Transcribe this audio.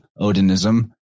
Odinism